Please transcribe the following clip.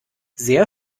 sehr